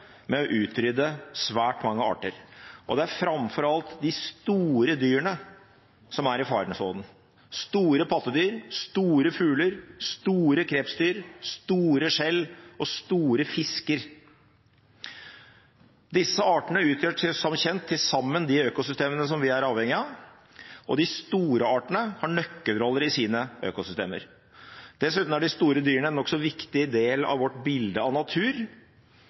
med å utrydde svært mange arter. Det er framfor alt de store dyrene som er i faresonen – store pattedyr, store fugler, store krepsdyr, store skjell og store fisker. Disse artene utgjør som kjent til sammen de økosystemene som vi er avhengig av, og de store artene har nøkkelroller i sine økosystemer. Dessuten er de store dyrene en nokså viktig del av vårt bilde av natur.